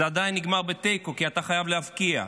זה עדיין נגמר בתיקו, כי אתה חייב להבקיע.